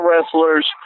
wrestlers